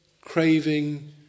craving